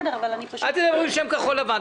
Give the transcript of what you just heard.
אל תדברי בשם כחול לבן,